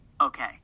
Okay